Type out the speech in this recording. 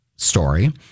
story